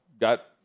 got